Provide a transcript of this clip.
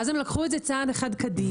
ואז הם לקחו את זה צעד אחד קדימה.